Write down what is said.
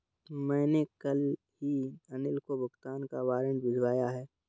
मैंने कल ही अनिल को भुगतान का वारंट भिजवाया है